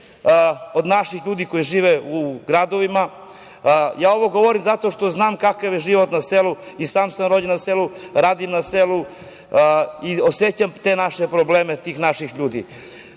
od naših ljudi koji žive u gradovima, ja ovo govorim zato što znam kakav je život na selu. I sam sam rođen na selu, radim na selu i osećam te naše probleme naših ljudi. Mislim